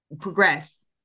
progress